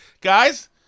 Guys